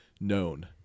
known